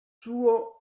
suo